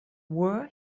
were